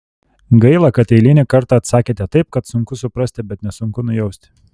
gaila kad eilinį kartą atsakėte taip kad sunku suprasti bet nesunku nujausti